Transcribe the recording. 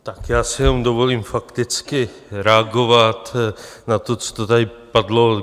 Tak já si jenom dovolím fakticky reagovat na to, co tady padlo.